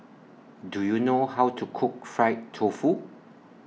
Do YOU know How to Cook Fried Tofu